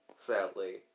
sadly